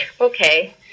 okay